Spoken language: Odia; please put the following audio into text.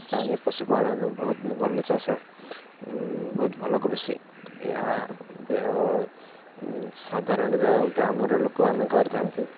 ସ୍ଥାନୀୟ ପଶୁପାଳନ ବହୁତ ଭଲ ଚାଷ ବହୁତ ଭଲ କୃଷି ଏହା ସାଧାରଣତଃ ଗ୍ରାମର ଲୋକମାନେ କରିଥାନ୍ତି